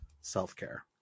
Self-care